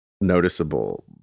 noticeable